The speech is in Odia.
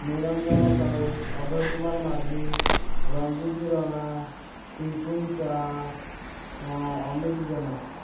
ନିରଞ୍ଜନ ସାହୁ ଅଭୟ କୁମାର ମାଝୀ ରଞ୍ଜିତ ରଣା ପିଙ୍କୁନ୍ ସା ଅମିତ ଜେନା